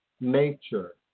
nature